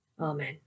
Amen